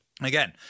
again